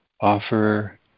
offer